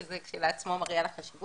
שזה כשלעצמו מראה על החשיבות.